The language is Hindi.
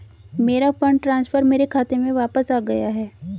मेरा फंड ट्रांसफर मेरे खाते में वापस आ गया है